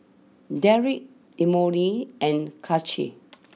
Derek Emory and Kaci